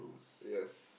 yes